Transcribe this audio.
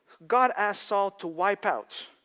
god asked saul to wipe out.